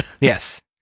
Yes